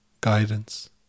guidance